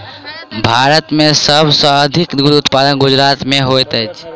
भारत में सब सॅ अधिक दूध उत्पादन गुजरात में होइत अछि